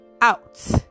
out